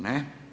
Ne.